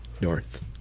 north